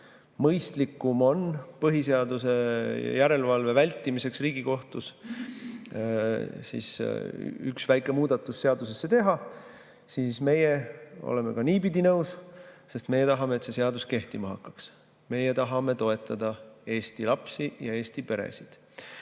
mõistlikum on põhiseaduse järelevalve vältimiseks Riigikohtus üks väike muudatus seadusesse teha, siis me oleme ka niipidi nõus, sest meie tahame, et see seadus kehtima hakkaks. Meie tahame toetada Eesti lapsi ja Eesti peresid. Nüüd,